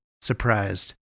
surprised